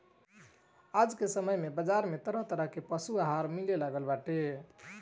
आज के समय में बाजारी में तरह तरह के पशु आहार मिले लागल बाटे